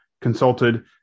consulted